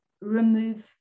remove